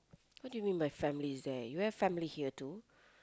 what do you mean my families there you have family here too